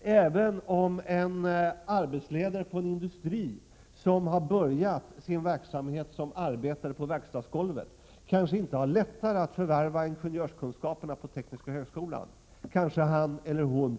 Även om en arbetsledare vid en industri som har börjat sin verksamhet som arbetare på verkstadsgolvet kanske inte har lättare att förvärva ingenjörskunskaperna på tekniska högskolan, kan han eller hon